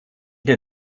der